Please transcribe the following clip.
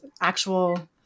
actual